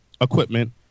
equipment